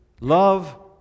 love